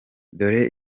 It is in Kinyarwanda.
dore